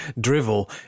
Drivel